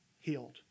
healed